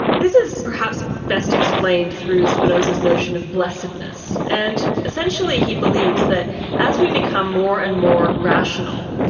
this is perhaps best explained through spinoza's notion of blessedness. and essentially he believes that as we become more and more rational,